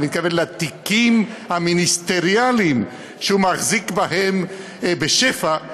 אני מתכוון לתיקים המיניסטריאליים שהוא מחזיק בהם בשפע.